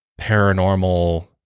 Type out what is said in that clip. paranormal